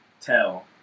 tell